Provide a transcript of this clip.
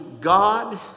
God